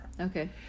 Okay